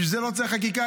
בשביל זה לא צריך חקיקה.